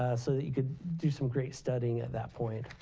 ah so that you can do some great studying at that point.